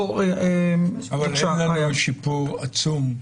בוא, בבקשה ------ שיפור עצום,